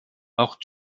auch